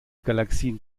galaxien